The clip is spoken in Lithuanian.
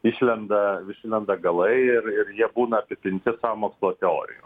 išlenda išlenda galai ir jie būna apipinti sąmokslo teorijom